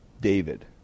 David